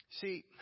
See